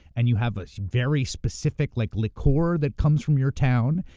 and you have a very specific like liqueur that comes from your town,